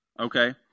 okay